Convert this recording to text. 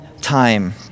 time